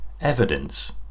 evidence